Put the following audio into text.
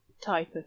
type